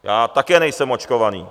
Já také nejsem očkovaný.